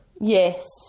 Yes